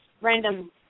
random